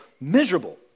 miserable